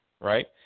right